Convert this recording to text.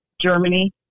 Germany